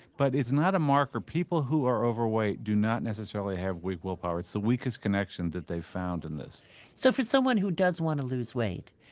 but it's not a marker. people who are overweight do not necessarily have weak willpower. it's the weakest connection they've found in this so for someone who does want to lose weight,